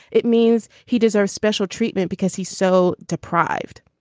it means he does our special treatment because he's so deprived.